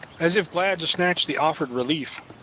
as if glad to snatch the offered relief,